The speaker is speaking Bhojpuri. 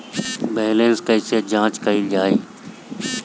बैलेंस कइसे जांच कइल जाइ?